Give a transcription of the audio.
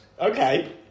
Okay